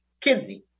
kidney